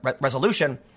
Resolution